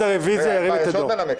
יש עוד מנמק.